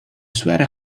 sweater